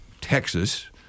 Texas